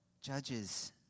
Judges